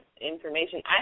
information